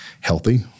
healthy